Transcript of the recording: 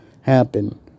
happen